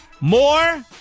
More